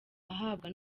ahabwa